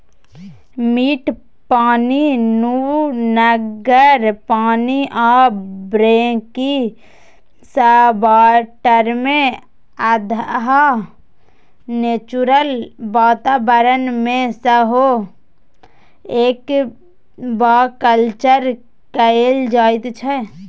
मीठ पानि, नुनगर पानि आ ब्रेकिसवाटरमे अधहा नेचुरल बाताबरण मे सेहो एक्वाकल्चर कएल जाइत छै